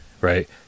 right